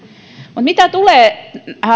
mutta mitä tulee